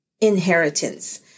inheritance